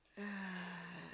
uh